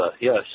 yes